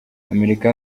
amerika